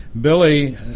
Billy